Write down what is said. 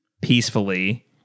peacefully